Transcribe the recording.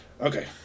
okay